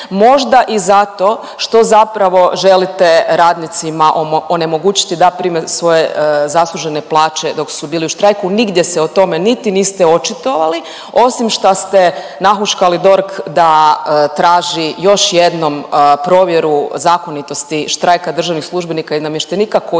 možda i zato što zapravo želite radnicima onemogućiti da prime svoje zaslužene plaće dok su bili u štrajku. Nigdje se o tome niti niste očitovali osim šta ste nahuškali DORH da traži još jednom provjeru zakonitosti štrajka državnih službenika i namještenika koji